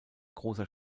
großer